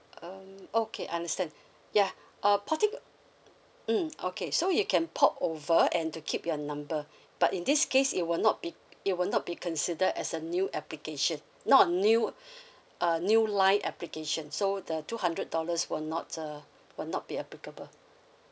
um okay understand ya uh porting mm okay so you can port over and to keep your number but in this case it will not be it will not be considered as a new application not a new uh new line application so the two hundred dollars will not uh will not be applicable